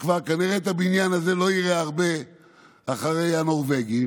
שאת הבניין הזה כנראה לא יראה הרבה אחרי הנורבגי,